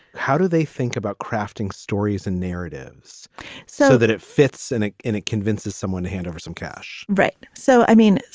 how do they think about crafting stories and narratives so that it fits in ah and it convinces someone to hand over some cash? right. so, i mean,